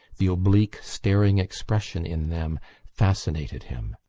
the oblique staring expression in them fascinated him.